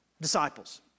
disciples